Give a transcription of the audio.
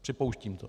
Připouštím to.